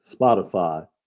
spotify